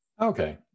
Okay